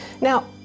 Now